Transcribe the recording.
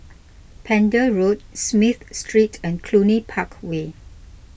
Pender Road Smith Street and Cluny Park Way